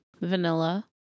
vanilla